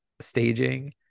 staging